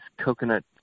coconut